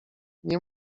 nie